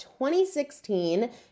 2016